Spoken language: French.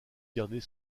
garder